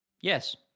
Yes